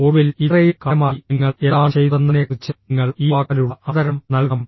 ഒടുവിൽ ഇത്രയും കാലമായി നിങ്ങൾ എന്താണ് ചെയ്തതെന്നതിനെക്കുറിച്ച് നിങ്ങൾ ഈ വാക്കാലുള്ള അവതരണം നൽകണം